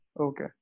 Okay